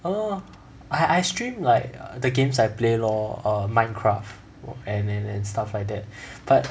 oh I stream like the games I play lor err Minecraft and and and stuff like that but